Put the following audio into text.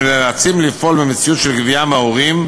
אנו נאלצים לפעול במציאות של גבייה מההורים,